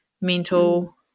mental